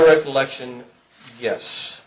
recollection yes